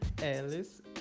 Alice